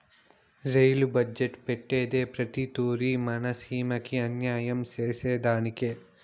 rail budget పెట్టేదే ప్రతి తూరి మన సీమకి అన్యాయం సేసెదానికి